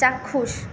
চাক্ষুষ